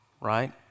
right